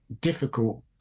difficult